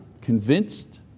convinced